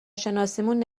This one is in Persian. شناسیمون